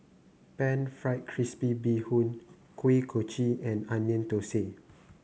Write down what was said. pan fried crispy Bee Hoon Kuih Kochi and Onion Thosai